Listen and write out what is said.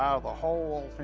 out of the hole.